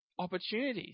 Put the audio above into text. Opportunities